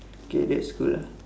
okay that's cool lah